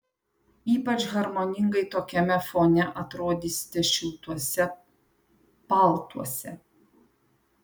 ypač harmoningai tokiame fone atrodysite šiltuose paltuose